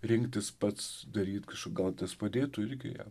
rinktis pats daryt kažką gal tas padėtų irgi jam